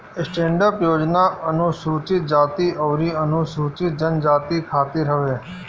stand up योजना अनुसूचित जाती अउरी अनुसूचित जनजाति खातिर हवे